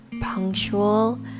punctual